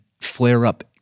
flare-up